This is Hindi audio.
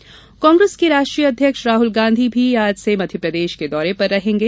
राहुल गांधी कांग्रेस के राष्ट्रीय अध्यक्ष राहुल गांधी आज से मध्यप्रदेश के दौरे पर रहेंगे